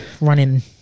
running